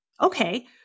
Okay